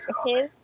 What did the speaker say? Okay